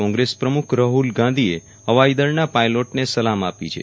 કોંગ્રેસ પ્રમુખ રાહુલ ગાંધીએ હવાઇદળના પાયલોટને સલામ આપી છે